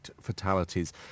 fatalities